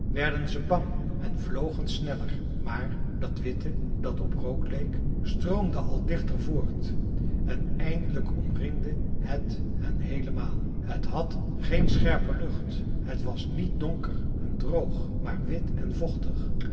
werden ze bang en vlogen sneller maar dat witte dat op rook leek stroomde al dichter voort en eindelijk omringde het hen heelemaal het had geen scherpe lucht het was niet donker en droog maar wit en vochtig